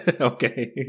okay